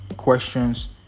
questions